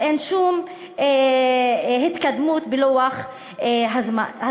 ואין שום התקדמות בלוח הזמנים.